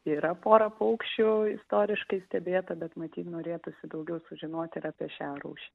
yra pora paukščių istoriškai stebėta bet matyt norėtųsi daugiau sužinoti ir apie šią rūšį